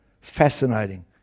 fascinating